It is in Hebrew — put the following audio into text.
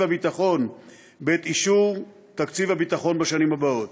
הביטחון בעת אישור תקציב הביטחון בשנים הבאות.